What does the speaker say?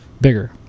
bigger